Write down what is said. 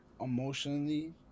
emotionally